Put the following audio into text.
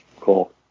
Cool